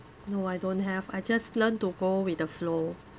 no I don't have I just learn to go with the flow